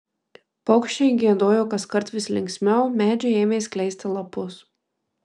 paukščiai giedojo kaskart vis linksmiau medžiai ėmė skleisti lapus